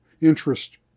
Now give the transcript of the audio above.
interest